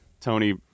Tony